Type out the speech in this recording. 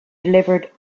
delivered